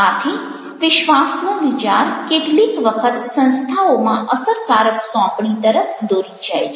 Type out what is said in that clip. આથી વિશ્વાસનો વિચાર કેટલીક વખત સંસ્થાઓમાં અસરકારક સોંપણી તરફ દોરી જાય છે